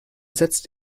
setzt